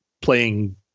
playing